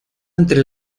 entre